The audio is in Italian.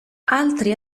altri